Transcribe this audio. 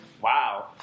Wow